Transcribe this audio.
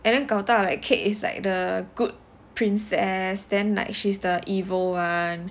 and then 搞大了 kate is like the good princess then like she's the evil [one]